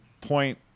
point